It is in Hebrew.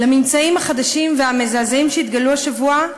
לממצאים החדשים והמזעזעים שהתגלו השבוע,